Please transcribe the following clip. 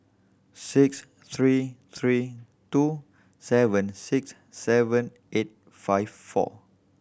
six three three two seven six seven eight five four